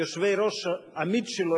יושבי-הראש העמיתים שלו,